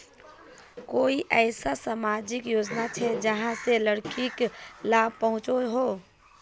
कोई ऐसा सामाजिक योजना छे जाहां से लड़किक लाभ पहुँचो हो?